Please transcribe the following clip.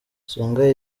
songa